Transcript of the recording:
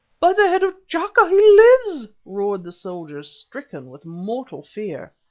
by the head of t'chaka he lives! roared the soldiers, stricken with mortal fear.